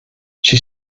she